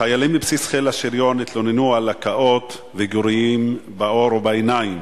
חיילים מבסיס חיל השריון התלוננו על הקאות וגירויים בעור ובעיניים,